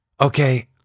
Okay